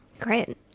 great